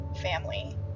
family